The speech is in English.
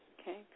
Okay